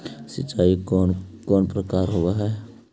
सिंचाई के कौन कौन प्रकार होव हइ?